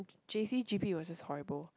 J_C G_P was just horrible